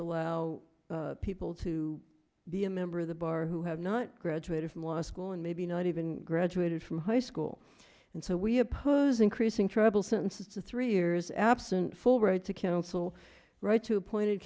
allow people to be a member of the bar who have not graduated from law school and maybe not even graduated from high school and so we oppose increasing trouble sentences of three years absent for right to counsel right to appointed